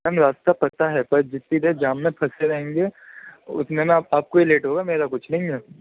میم راستہ پتہ ہے پر جتنی دیر جام میں پھنسے رہیں گے اتنے میں آپ آپ کو ہی لیٹ ہوگا میرا کچھ نہیں ہے